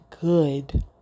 good